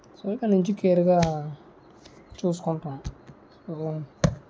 so ఇక్కడ నుంచి కేర్గా చూసుకుంటాము